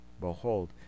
Behold